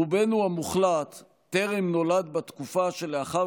רובנו המוחלט טרם נולדנו בתקופה שלאחר